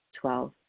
Twelve